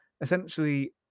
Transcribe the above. essentially